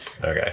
Okay